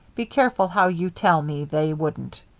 be careful how you tell me they wouldn't.